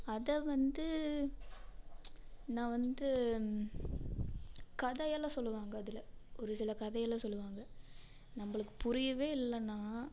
அதை வந்து நான் வந்து கதையெல்லாம் சொல்லுவாங்க அதில் ஒரு சில கதையெல்லாம் சொல்லுவாங்க நம்மளுக்கு புரியவே இல்லைன்னா